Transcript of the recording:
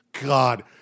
God